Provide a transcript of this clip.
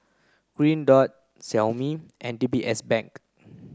Green Dot Xiaomi and D B S Bank